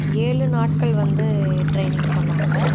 ஏழு நாட்கள் வந்து ட்ரெயினிங் சொன்னாங்கள்